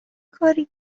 کاری